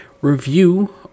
review